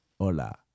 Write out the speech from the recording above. Hola